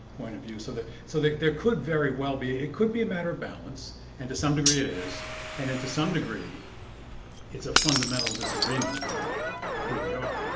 point abuse of it so like there could very well be it could be a matter of balance and to some degree it it is and then to some degree it's a fundamental disagreement about who? ah